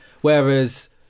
Whereas